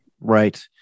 Right